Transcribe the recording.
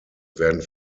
werden